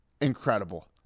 Incredible